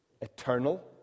eternal